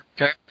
Okay